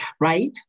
right